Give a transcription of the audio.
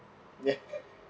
ya